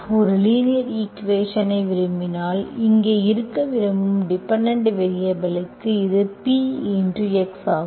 ஒரு லீனியர் ஈக்குவேஷன்ஐ விரும்பினால் இங்கே இருக்க விரும்பும் டிபெண்டென்ட் வேரியபல்க்கு இது P x ஆகும்